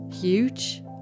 huge